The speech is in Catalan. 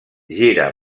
gira